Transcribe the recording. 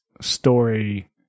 story